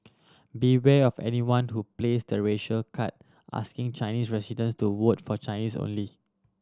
beware of anyone who plays the racial card asking Chinese residents to vote for Chinese only